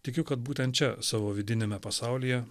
tikiu kad būtent čia savo vidiniame pasaulyje